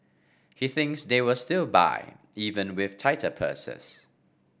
he thinks they will still buy even with tighter purses